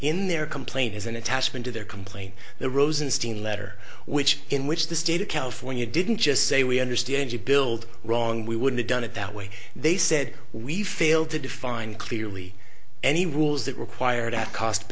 in their complaint is an attachment to their complaint the rosenstein letter which in which the state of california didn't just say we understand you build wrong we would've done it that way they said we failed to define clearly any rules that required at cost